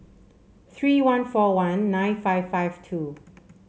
three one four one nine five five two